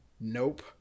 nope